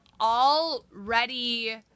already